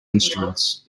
instruments